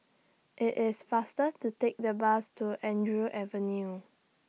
IT IS faster to Take The Bus to Andrew Avenue